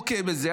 אוקיי בזה,